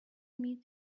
meet